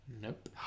Nope